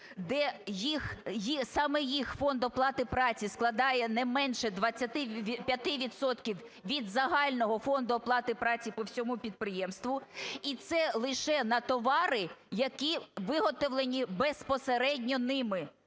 їх, саме їх фонд оплати праці складає не менше 25 відсотків від загального фонду оплати праці по всьому підприємству. І це лише на товари, які виготовлені безпосередньо ними.